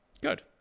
Good